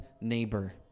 neighbor